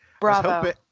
Bravo